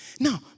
Now